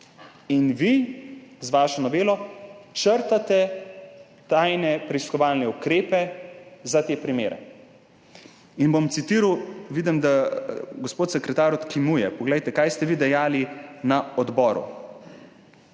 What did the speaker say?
In vi s svojo novelo črtate tajne preiskovalne ukrepe za te primere. Citiral bom, ker vidim, da gospod sekretar odkimuje, poglejte, kaj ste vi dejali na odboru.